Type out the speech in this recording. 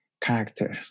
character